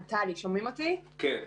אני